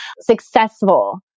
successful